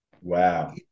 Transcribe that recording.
Wow